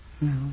No